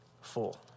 full